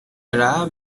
era